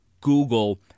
Google